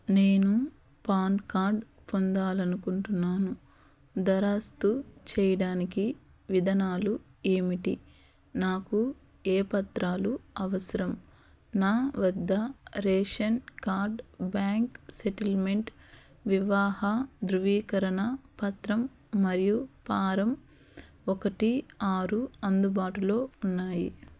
నేను PAN card పొందాలనుకుంటున్నాను దరఖాస్తు చేయడానికి విధానాలు ఏమిటి నాకు ఏ పత్రాలు అవసరం నా వద్ద రేషన్ కార్ద్ బ్యాంక్ సెటిల్మెంట్ వివాహ ధ్రువీకరణ పత్రం మరియు ఫారం ఒకటి ఆరు అందుబాటులో ఉన్నాయి